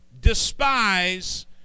despise